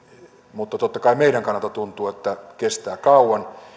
mutta totta kai meidän kannaltamme tuntuu että kestää kauan